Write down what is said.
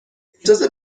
اجازه